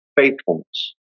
faithfulness